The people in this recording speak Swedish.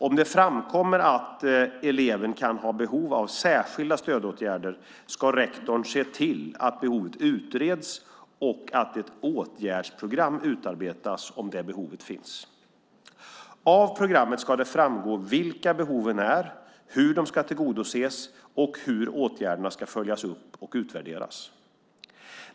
Om det framkommer att eleven kan ha behov av särskilda stödåtgärder ska rektorn se till att behovet utreds och att ett åtgärdsprogram utarbetas, om det behovet finns. Av programmet ska det framgå vilka behoven är, hur de ska tillgodoses och hur åtgärderna ska följas upp och utvärderas.